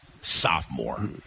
sophomore